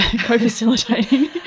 co-facilitating